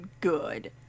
good